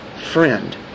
Friend